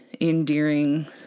endearing